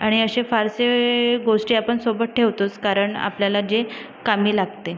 आणि असे फारसे गोष्टी आपण सोबत ठेवतोच कारण आपल्याला जे कामी लागते